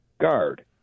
guard